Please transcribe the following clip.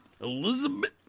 Elizabeth